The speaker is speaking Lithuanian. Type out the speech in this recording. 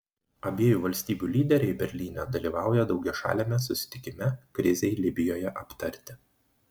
abiejų valstybių lyderiai berlyne dalyvauja daugiašaliame susitikime krizei libijoje aptarti